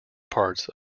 parts